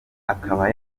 akaba